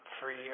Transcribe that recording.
free